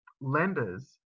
lenders